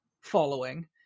following